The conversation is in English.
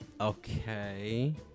Okay